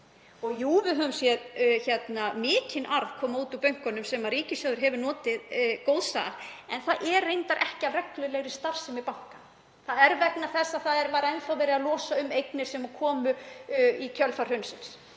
Jú, við höfum séð mikinn arð koma út úr bönkunum, sem ríkissjóður hefur notið góðs af, en það er reyndar ekki af reglulegri starfsemi banka. Það er vegna þess að enn þá er verið að losa um eignir sem komu í kjölfar hrunsins.